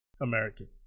American